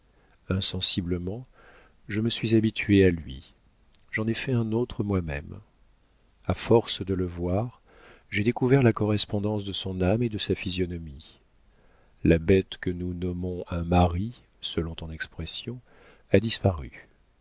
insensiblement je me suis habituée à lui j'en ai fait un autre moi-même a force de le voir j'ai découvert la correspondance de son âme et de sa physionomie la bête que nous nommons un mari selon ton expression a disparu